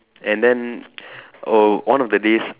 and then oh one of the days